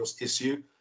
issue